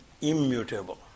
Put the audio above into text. immutable